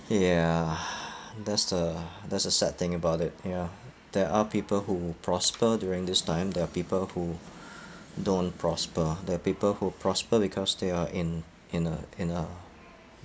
ya that's the that's the sad thing about it ya there are people who prosper during this time there are people who don't prosper there are people who prosper because they are in in a in a